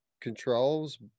controls